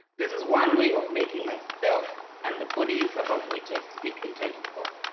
this is one way of making myself and the bodies about which i speak intelligible.